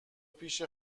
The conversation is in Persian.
پیش